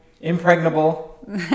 impregnable